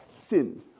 sin